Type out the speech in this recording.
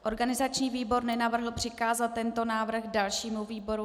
Organizační výbor nenavrhl přikázat tento návrh dalšímu výboru.